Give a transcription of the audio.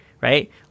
right